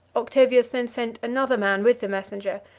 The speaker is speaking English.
octavius then sent another man with the messenger,